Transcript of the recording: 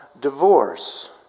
divorce